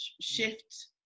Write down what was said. shift